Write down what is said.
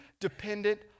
dependent